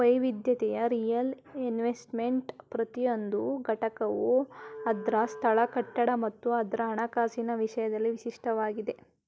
ವೈವಿಧ್ಯತೆಯ ರಿಯಲ್ ಎಸ್ಟೇಟ್ನ ಪ್ರತಿಯೊಂದು ಘಟಕವು ಅದ್ರ ಸ್ಥಳ ಕಟ್ಟಡ ಮತ್ತು ಅದ್ರ ಹಣಕಾಸಿನ ವಿಷಯದಲ್ಲಿ ವಿಶಿಷ್ಟವಾಗಿದಿ